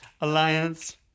alliance